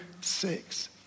Six